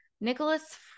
Nicholas